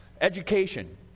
education